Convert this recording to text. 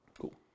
Cool